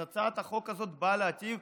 אז הצעת החוק הזאת באה להיטיב.